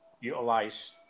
utilize